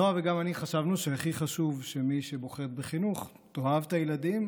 נעה וגם אני חשבנו שהכי חשוב שמי שבוחרת בחינוך תאהב את הילדים,